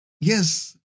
Yes